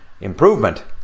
improvement